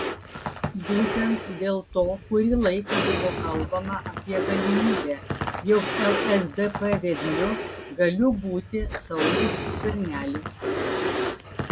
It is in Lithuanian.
būtent dėl to kurį laiką buvo kalbama apie galimybę jog lsdp vedliu galiu būti saulius skvernelis